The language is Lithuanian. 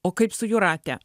o kaip su jūrate